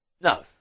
No